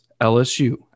LSU